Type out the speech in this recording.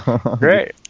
Great